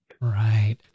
Right